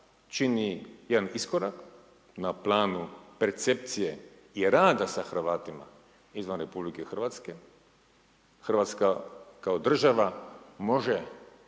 čini jedan iskorak na planu percepcije i rada sa Hrvatima izvan Republike Hrvatske. Hrvatska kao država može